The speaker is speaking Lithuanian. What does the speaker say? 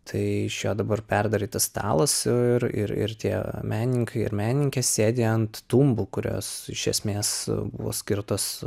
tai iš jo dabar perdarytas stalas ir ir tie menininkai ir menininkės sėdi ant tumbų kurios iš esmės buvo skirtos